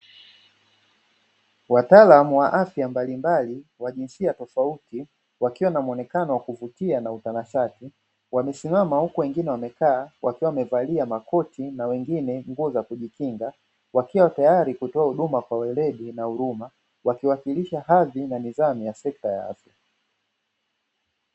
Wataalamu wa afya mbalimbali wa jinsia tofauti wakiwa na muonekano wa kuvutia na utanashati, wamesimama huku wengine wamekaa wakiwa wamevalia makoti na wengine nguo za kujikinga, wakiwa tayari kutoa huduma kwa weledi na huruma wakiwakilisha hadhi na nidhamu ya sekta ya afya.